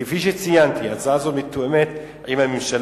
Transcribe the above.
כפי שציינתי, הצעה זו מתואמת עם הממשלה.